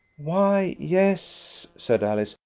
why yes, said alice,